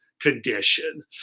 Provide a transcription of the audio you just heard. condition